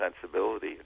sensibility